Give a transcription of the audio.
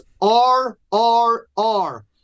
R-R-R